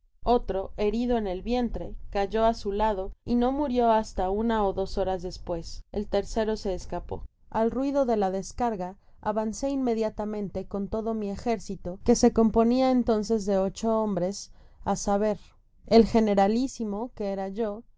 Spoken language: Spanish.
otro herido en el vientre cayó á su lado y no murió hasta una ó dos horas despues el tercero se escapó a i ruido de la descarga avancé inmediatamente con todo mi ejército que se componia entonces de ocho hombres á saber el generalísimo que era yo